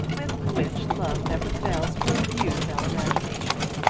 with which love never fails to amuse our imagination.